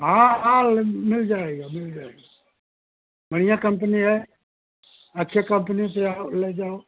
हाँ हाँ ल मिल जाएगा मिल जाएगा बढ़िया कम्पनी है अच्छे कम्पनी से आओ ले जाओ